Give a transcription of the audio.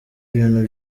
ibintu